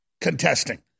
contesting